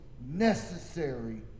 necessary